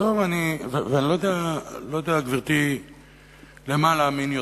וגברתי, אני לא יודע פתאום למה להאמין יותר.